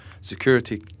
security